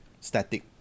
Static